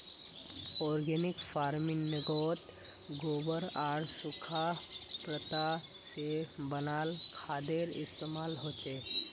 organic फर्मिन्गोत गोबर आर सुखा पत्ता से बनाल खादेर इस्तेमाल होचे